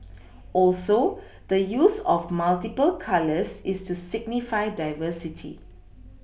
also the use of multiple colours is to signify diversity